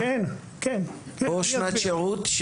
או שנת שירות,